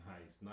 Nice